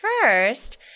first